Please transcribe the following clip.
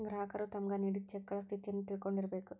ಗ್ರಾಹಕರು ತಮ್ಗ್ ನೇಡಿದ್ ಚೆಕಗಳ ಸ್ಥಿತಿಯನ್ನು ತಿಳಕೊಂಡಿರ್ಬೇಕು